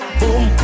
boom